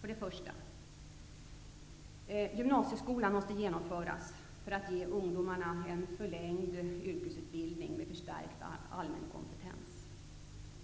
För det första: Förändringarna i gymnasieskolan måste genomföras, så att ungdomarna kan ges en förlängd yrkesutbildning med förstärkt allmänkompetens.